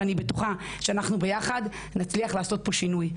ואני בטוחה שאנחנו ביחד נצליח לעשות פה שינוי.